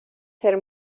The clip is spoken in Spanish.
ser